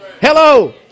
Hello